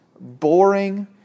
boring